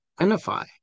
identify